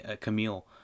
camille